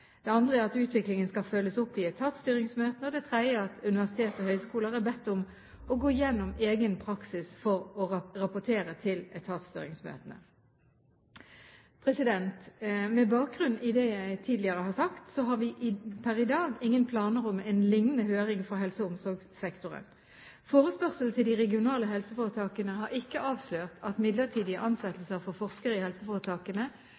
Utviklingen skal følges opp i etatsstyringsmøtene Universitet og høyskoler er bedt om å gå igjennom egen praksis for å rapportere til etatsstyringsmøtene Med bakgrunn i det jeg tidligere har sagt, har vi per i dag ingen planer om en lignende høring for helse- og omsorgssektoren. Forespørselen til de regionale helseforetakene har ikke avslørt at midlertidige ansettelser for forskere i helseforetakene